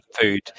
food